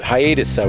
Hiatus